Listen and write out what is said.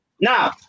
Now